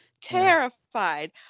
terrified